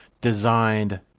designed